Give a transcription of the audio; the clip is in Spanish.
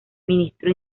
ministro